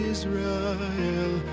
Israel